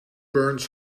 burns